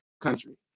country